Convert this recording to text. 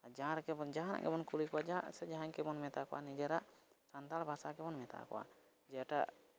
ᱟᱨ ᱡᱟᱦᱟᱸ ᱨᱮᱜᱮᱵᱚᱱ ᱡᱟᱦᱟᱸ ᱨᱮᱜᱮᱵᱚᱱ ᱠᱩᱞᱤ ᱠᱚᱣᱟ ᱡᱟᱦᱟᱱᱟᱜ ᱥᱮ ᱡᱟᱦᱟᱸᱭ ᱜᱮᱵᱚᱱ ᱢᱮᱛᱟ ᱠᱚᱣᱟ ᱱᱤᱡᱮᱨᱟᱜ ᱥᱟᱱᱛᱟᱲ ᱵᱷᱟᱥᱟ ᱜᱮᱵᱚᱱ ᱢᱮᱛᱟ ᱠᱚᱣᱟ ᱡᱮ ᱮᱴᱟᱜ